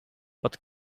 but